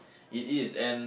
it is and